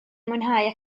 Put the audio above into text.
mwynhau